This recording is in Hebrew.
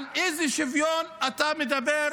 על איזה שוויון אתה מדבר?